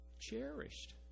cherished